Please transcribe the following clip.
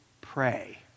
pray